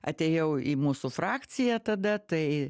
atėjau į mūsų frakciją tada tai